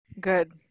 good